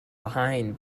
behind